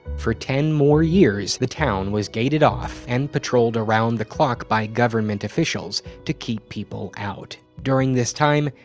for ten more years, the town was gated off, and patrolled around the clock by government officials to keep people out. during this time,